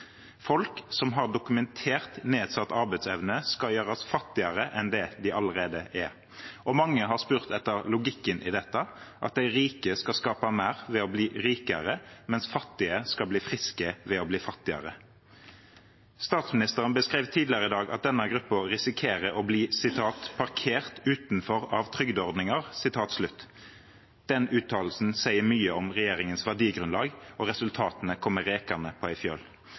Folk som har dokumentert nedsatt arbeidsevne, skal gjøres fattigere enn det de allerede er. Mange har spurt etter logikken i dette – at de rike skal skape mer ved å bli rikere, mens fattige skal bli friske ved å bli fattigere. Statsministeren beskrev tidligere i dag at denne gruppen risikerer å bli parkert utenfor av trygdeordninger. Den uttalelsen sier mye om regjeringens verdigrunnlag, og resultatene kommer rekende på en fjøl.